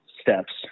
steps